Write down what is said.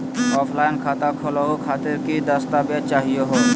Offline खाता खोलहु खातिर की की दस्तावेज चाहीयो हो?